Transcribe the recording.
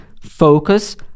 focus